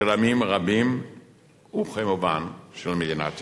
של עמים רבים וכמובן של מדינת ישראל.